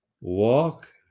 Walk